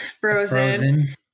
Frozen